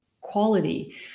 quality